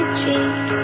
cheek